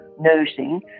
nursing